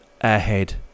ahead